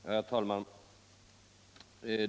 Herr talman!